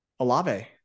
Alave